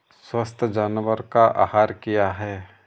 स्वस्थ जानवर का आहार क्या है?